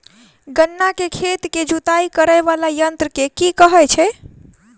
गन्ना केँ खेत केँ जुताई करै वला यंत्र केँ की कहय छै?